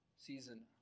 season